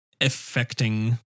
affecting